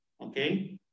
okay